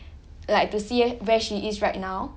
like to see where she is right now